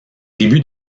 début